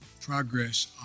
progress